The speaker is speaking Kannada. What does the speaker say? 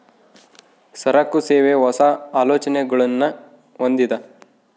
ಸರಕು, ಸೇವೆ, ಹೊಸ, ಆಲೋಚನೆಗುಳ್ನ ಹೊಂದಿದ